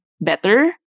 better